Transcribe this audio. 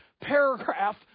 paragraph